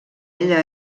ella